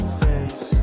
face